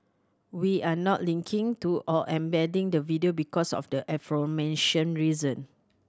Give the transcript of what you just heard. we're not linking to or embedding the video because of the aforementioned reason